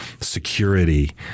security